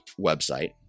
website